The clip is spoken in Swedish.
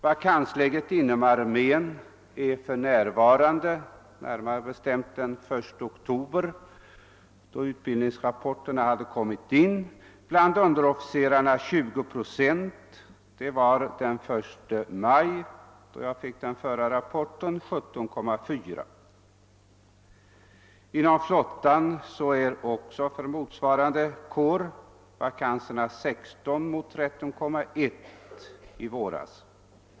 Vakanserna inom armén var den 1 oktober, då utbildningsrapporterna hade kommit in, bland underofficerarna 20 procent. Den 1 maj, då jag fick den förra rapporten, var de 17,4 procent. Inom flottan är för motsvarande kår vakanserna 16 procent mot 13,1 i vå ras.